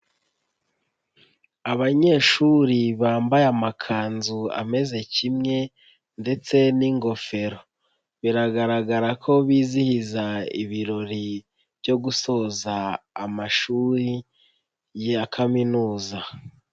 Abanyeshuri bambaye amakanzu ameze kimwe ndetse n'ingofero, biragaragara ko bizihiza ibirori byo gusoza amashuri ya kaminuza.